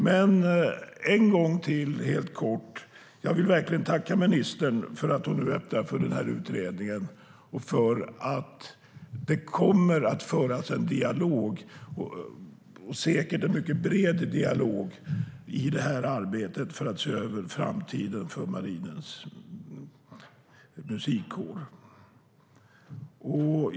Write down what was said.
Låt mig än en gång tacka ministern för att hon öppnar för denna utredning och för att det kommer att föras en säkert mycket bred dialog i detta arbete med att se över framtiden för Marinens Musikkår.